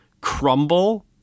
crumble